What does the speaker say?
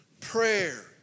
prayer